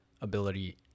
ability